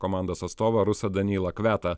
komandos atstovą rusą danilą kviatą